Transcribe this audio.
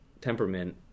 temperament